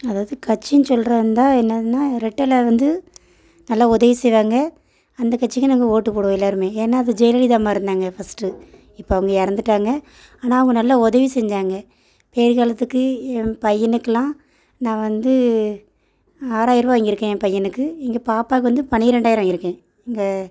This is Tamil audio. அதாவது கட்சின்னு சொல்றதாக இருந்தால் என்னதுன்னா ரெட்டெலை வந்து நல்லா உதவி செய்வாங்க அந்த கட்சிக்கு நாங்கள் ஓட்டு போடுவோம் எல்லோருமே ஏன்னா அது ஜெயலலிதா அம்மா இருந்தாங்க ஃபஸ்ட் இப்போ அவங்க இறந்துட்டாங்க ஆனால் அவங்க நல்லா உதவி செஞ்சாங்க பேறு காலத்துக்கு என் பையனுக்கெலாம் நான் வந்து ஆறாயரருவா வாங்கி இருக்கேன் என் பையனுக்கு எங்கள் பாப்பாவுக்கு வந்து பன்னிரெண்டாயிரம் வாங்கி இருக்கேன் எங்கள்